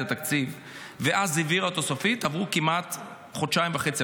התקציב ואז העבירה אותו סופית עברו כמעט חודשיים וחצי,